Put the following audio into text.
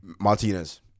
Martinez